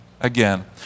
again